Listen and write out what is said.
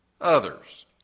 others